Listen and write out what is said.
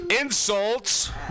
insults